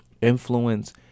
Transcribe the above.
influence